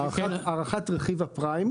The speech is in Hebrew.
הארכת רכיב הפריים.